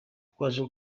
twaje